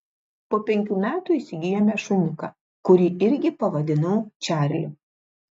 po penkių metų įsigijome šuniuką kurį irgi pavadinau čarliu